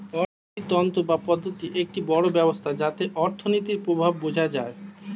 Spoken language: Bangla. অর্থিনীতি তন্ত্র বা পদ্ধতি একটি বড় ব্যবস্থা যাতে অর্থনীতির প্রভাব বোঝা যায়